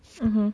mmhmm